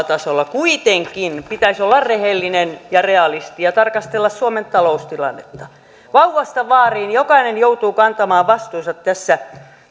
tasolla kuitenkin pitäisi olla rehellinen ja realisti ja tarkastella suomen taloustilannetta vauvasta vaariin jokainen joutuu kantamaan vastuunsa tässä